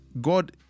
God